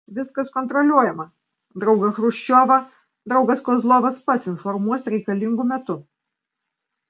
viskas kontroliuojama draugą chruščiovą draugas kozlovas pats informuos reikalingu metu